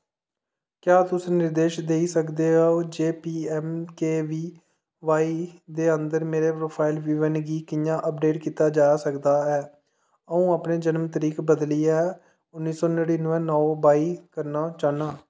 क्या तुस निर्देश देई सकदे ओ जे P M K V Y दे अंदर मेरे प्रोफाइल विवरण गी कि'यां अपडेट कीता जा सकदा ऐ अ'ऊं अपनी जनम तरीक बदलियै उन्नी सौ नड़िनुऐ नौ बाई करना चाह्न्नां